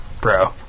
Bro